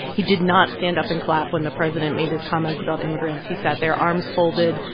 he did not stand up and clap when the president made his comments about immigrants. he sat there, arms folded,